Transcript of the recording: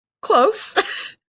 Close